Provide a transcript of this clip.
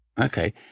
okay